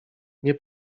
nie